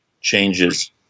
changes